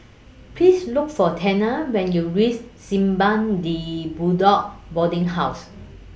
Please Look For Tanner when YOU REACH Simpang De Bedok Boarding House